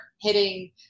hitting